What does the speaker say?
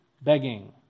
begging